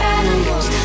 animals